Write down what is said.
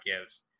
gives